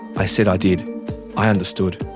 i said i did i understood.